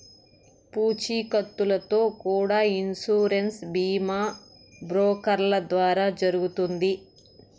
పూచీకత్తుతో కూడా ఇన్సూరెన్స్ బీమా బ్రోకర్ల ద్వారా జరుగుతుంది